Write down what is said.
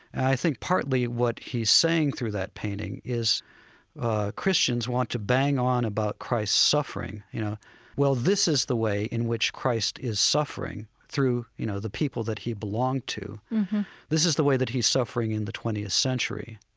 i think partly what he's saying through that painting is christians want to bang on about christ's suffering. you know well, this is the way in which christ is suffering, through you know the people that, you know, he belonged to this is the way that he's suffering in the twentieth century